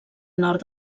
nord